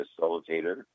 facilitator